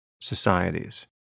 societies